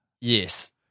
Yes